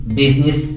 business